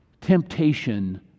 temptation